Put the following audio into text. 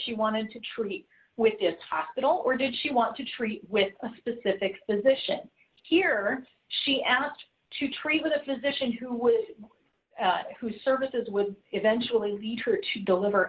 she wanted to treat with this hospital or did she want to treat with a specific physician here she asked to treat with a physician who would who services would eventually lead her to deliver